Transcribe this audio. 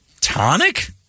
Tonic